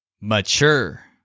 Mature